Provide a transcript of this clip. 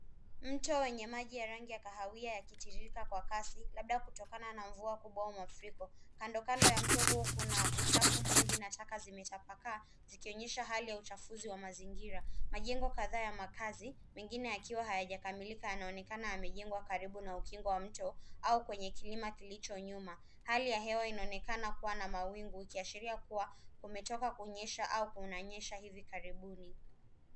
Mto wenye maji ya rangi ya kahawia yakitirika kwa kasi, labda kutokana na mvua kubwa wa mafuriko. Kando kando ya mto huo kuna uchafu mwingi na taka zimetapakaa, zikionyesha hali ya uchafuzi wa mazingira. Majengo kadhaa ya makazi, mengine yakiwa hayajakamilika yanaonekana yamejengwa karibu na ukingo wa mto, au kwenye kilima kilicho nyuma. Hali ya hewa inaonekana kuwa na mawingu, kuashiria kuwa, kumetoka kunyesha au kunanyesha hivi karibuni.